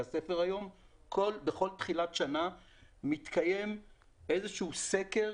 הספר היום בכל תחילת שנה מתקיים איזשהו סקר